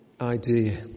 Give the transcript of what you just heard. idea